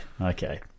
okay